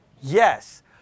Yes